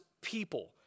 people